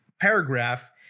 paragraph